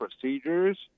procedures